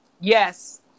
Yes